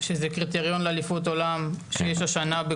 יש פה הזדמנות פז כדי להשלים את